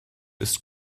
ist